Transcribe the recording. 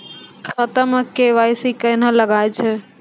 खाता मे के.वाई.सी कहिने लगय छै?